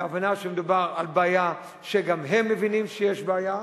בהבנה שמדובר על בעיה שגם הם מבינים שהיא בעיה.